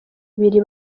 ibiri